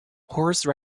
horse